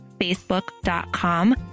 facebook.com